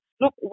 Look